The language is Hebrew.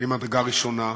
ממדרגה ראשונה.